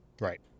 right